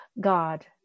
God